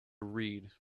read